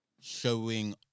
showing